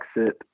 exit